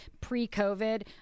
pre-COVID